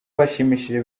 bashimishije